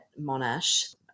Monash